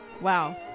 Wow